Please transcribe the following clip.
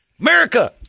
America